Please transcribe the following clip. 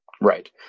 Right